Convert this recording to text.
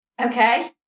Okay